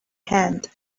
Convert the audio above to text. hand